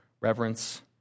reverence